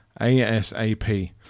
ASAP